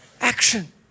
Action